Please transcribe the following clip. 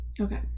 Okay